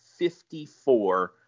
54